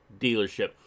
dealership